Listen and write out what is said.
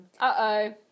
Uh-oh